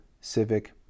civic